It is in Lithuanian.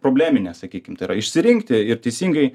probleminė sakykim tai yra išsirinkti ir teisingai